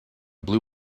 blue